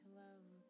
love